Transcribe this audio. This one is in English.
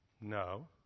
No